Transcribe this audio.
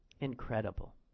Incredible